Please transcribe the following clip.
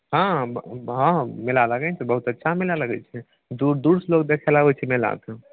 हॅं हंँ ब हँ हँ मेला लगैत छै बहुत अच्छा मेला लगैत छै दूर दूरसँ लोक देखैलऽ अबैत छै मेला कऽ